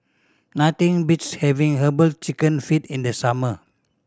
nothing beats having Herbal Chicken Feet in the summer